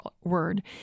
word